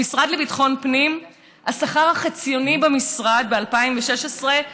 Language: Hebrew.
במשרד לביטחון פנים השכר החציוני במשרד ב-2016,